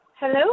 Hello